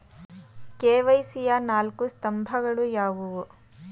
KYC ಯ ನಾಲ್ಕು ಸ್ತಂಭಗಳು ಯಾವುವು?